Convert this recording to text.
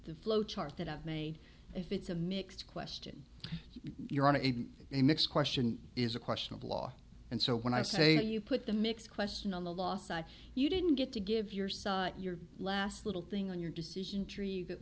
the flow chart that i've made if it's a mixed question you're on a mix question is a question of law and so when i say you put the mix question on the last side you didn't get to give your sought your last little thing on your decision tree that